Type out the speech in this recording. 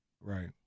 Right